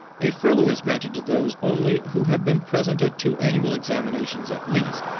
a furlough is granted to those only who have been present at two annual examinations at least,